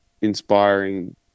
inspiring